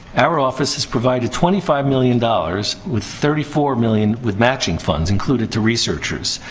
our office has provided twenty five million dollars, with thirty four million with matching funds included, to researchers.